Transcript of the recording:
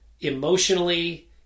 emotionally